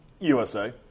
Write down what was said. USA